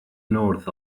north